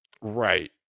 Right